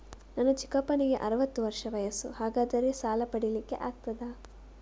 ನನ್ನ ಚಿಕ್ಕಪ್ಪನಿಗೆ ಅರವತ್ತು ವರ್ಷ ವಯಸ್ಸು, ಹಾಗಾದರೆ ಸಾಲ ಪಡೆಲಿಕ್ಕೆ ಆಗ್ತದ?